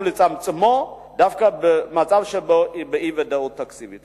לצמצמו דווקא במצב של אי-ודאות תקציבית.